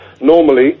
Normally